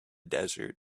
desert